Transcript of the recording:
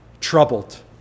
troubled